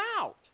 out